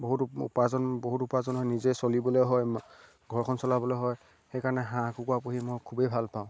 বহুত উপাৰ্জন বহুত উপাৰ্জন হয় নিজে চলিবলৈ হয় ঘৰখন চলাবলৈ হয় সেইকাৰণে হাঁহ কুকুৰা পুহি মই খুবেই ভাল পাওঁ